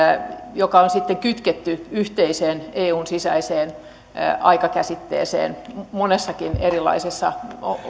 jotka on sitten kytketty eun sisäiseen yhteiseen aikakäsitteeseen monessakin eri asiassa